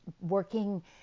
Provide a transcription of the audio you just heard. working